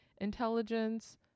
intelligence